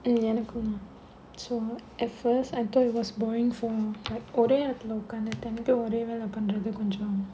எனக்கும்தா:enakkumdhaa so at first I thought it was boring for like ஒரே இடத்துல ஒக்காந்து இத்தனைக்கும் ஒரே வேலை பண்றது கொஞ்சம்:orae idathula okkaandhu ithanaikkum orae vaelai pandradhu konjam